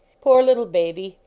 poor little baby!